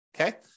okay